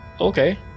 Okay